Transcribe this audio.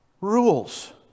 rules